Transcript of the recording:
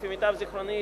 לפי מיטב זיכרוני,